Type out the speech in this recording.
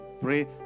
Pray